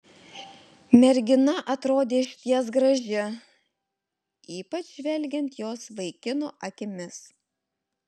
mergina atrodė išties graži ypač žvelgiant jos vaikino akimis